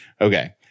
Okay